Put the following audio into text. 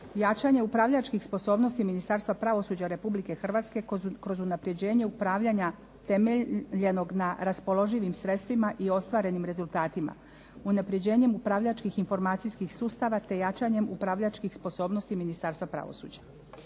Jačanje upravljačkih sposobnosti Ministarstva pravosuđa Republike Hrvatske kroz unapređenje upravljanja temeljenog na raspoloživim sredstvima i ostvarenim rezultatima, unapređenjem upravljačkih, informacijskih sustava, te jačanjem upravljačkih sposobnosti Ministarstva pravosuđa.